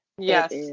Yes